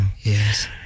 Yes